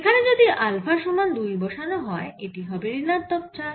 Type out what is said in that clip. এখানে যদি আলফা সমান দুই বসানো হয় এটি হবে ঋণাত্মক চার